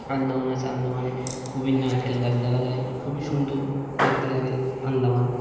আন্দামান আছে আন্দামানে খুবই নারকেল গাছ দেখা যায় খুবই সুন্দর দেখতে লাগে আন্দামান